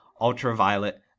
Ultraviolet